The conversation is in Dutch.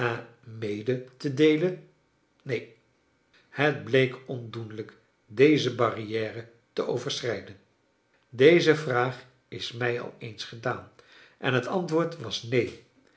mede te deelen neen het bleek ondoenlijk deze barriere te overschrijden deze vraag is mij al eens gedaan en het antwoord was neen